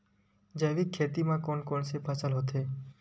जैविक खेती म कोन कोन से फसल होथे?